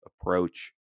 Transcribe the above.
approach